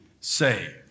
saved